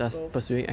growth